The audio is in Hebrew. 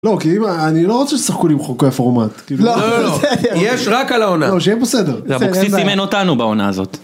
לא כי אימא אני לא רוצה ששחקו לי עם חוקי פורמט, לא לא לא, יש רק על העונה. לא, שיהיה פה סדר